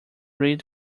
read